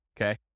Okay